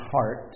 heart